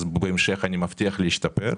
אז בהמשך אני מבטיח להשתפר.